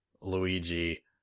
Luigi